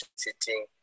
sitting